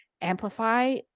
amplify